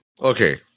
Okay